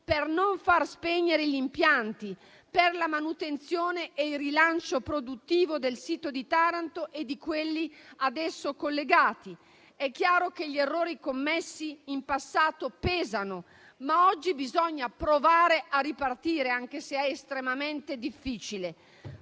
per non far spegnere gli impianti, per la manutenzione e il rilancio produttivo del sito di Taranto e di quelli ad esso collegati. È chiaro che gli errori commessi in passato pesano, ma oggi bisogna provare a ripartire, anche se è estremamente difficile.